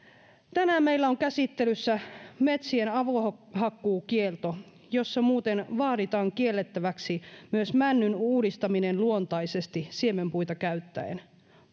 tänään meillä on käsittelyssä metsien avohakkuukielto jossa muuten vaaditaan kiellettäväksi myös männyn uudistaminen luontaisesti siemenpuita käyttäen